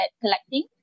collecting